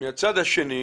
מהצד הזני